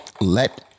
Let